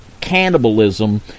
cannibalism